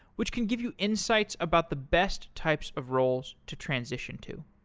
which can give you insights about the best types of roles to transition to.